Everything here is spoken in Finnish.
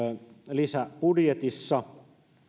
lisäbudjetissa